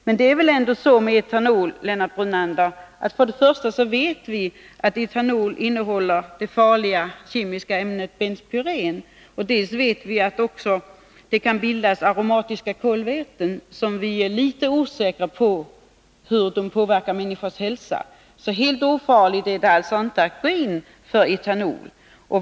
Men vi vet dels att etanol innehåller det farliga kemiska ämnet benspyrén, dels att det kan bildas aromatiska kolväten, och vi är litet osäkra på hur dessa kan påverka människors hälsa. Helt ofarligt är det alltså inte att gå in för etanol.